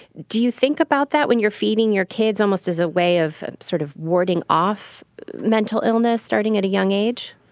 do you think about that when you're feeding your kids, almost as a way of sort of warding off mental illness starting at a young age?